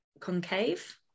Concave